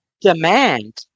demand